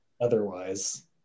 otherwise